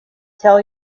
tell